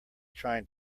trying